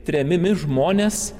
tremiami žmonės